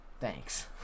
Thanks